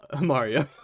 Mario